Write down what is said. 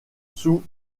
sous